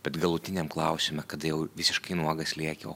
bet galutiniam klausime kada jau visiškai nuogas lieki